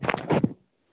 अ